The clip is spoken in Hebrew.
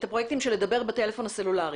את הפרויקטים של לדבר בטלפון הסלולרי